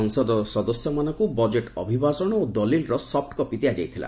ସଂସଦର ସଦସ୍ୟମାନଙ୍କୁ ବଜେଟ୍ ଅଭିଭାଷଣ ଓ ଦଲିଲର ସଫ୍ଟ କପି ଦିଆଯାଇଥିଲା